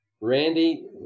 Randy